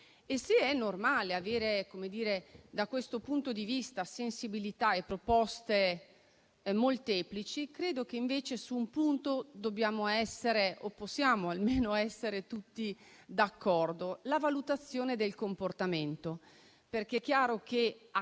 Se è normale che vi siano, da questo punto di vista, sensibilità e proposte molteplici, credo che invece su un punto dobbiamo o almeno possiamo essere tutti d'accordo: la valutazione del comportamento. È chiaro che,